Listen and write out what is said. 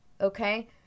okay